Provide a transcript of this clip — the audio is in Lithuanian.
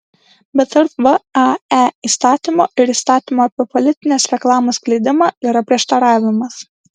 bet tarp vae įstatymo ir įstatymo apie politinės reklamos skleidimą yra prieštaravimas